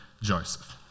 Joseph